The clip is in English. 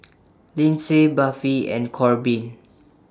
Lynsey Buffy and Corbin